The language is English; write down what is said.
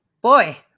Boy